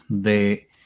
de